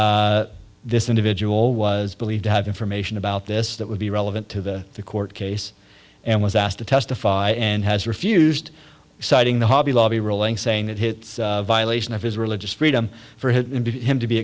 this individual was believed to have information about this that would be relevant to the court case and was asked to testify and has refused citing the hobby lobby ruling saying that his violation of his religious freedom for him to be